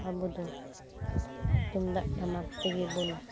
ᱟᱵᱚᱫᱚ ᱛᱩᱢᱫᱟᱜ ᱴᱟᱢᱟᱠ ᱛᱮᱜᱮᱵᱚᱱ